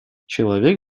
человек